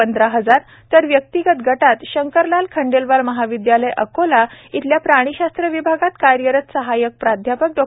पंधराहजार तर व्यक्तिगत गटात शंकरलाल खंडेलवाल महाविदयालय अकोला येथील प्राणीशास्त्र विभागात कार्यरत सहाय्यक प्राध्यापक डॉ